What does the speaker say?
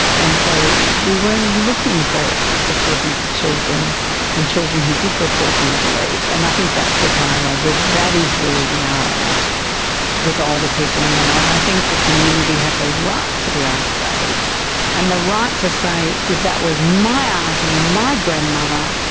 and so we weren't looking for sexual abuse of children and children who did report weren't believed. and i think that's the parallel, that is where we are at with older people now. and i think the community have the right to be outraged and the right to say if that was my aunty, my grandmother,